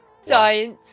Science